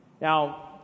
Now